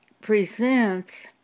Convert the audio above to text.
presents